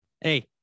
Hey